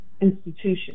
institution